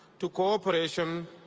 to cooperation,